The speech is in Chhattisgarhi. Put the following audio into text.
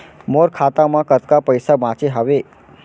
मोर खाता मा कतका पइसा बांचे हवय?